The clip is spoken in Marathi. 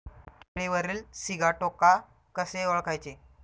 केळीवरील सिगाटोका कसे ओळखायचे?